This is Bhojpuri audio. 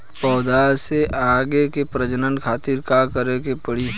पौधा से आगे के प्रजनन खातिर का करे के पड़ी?